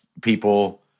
people